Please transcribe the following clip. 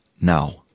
Now